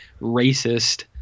racist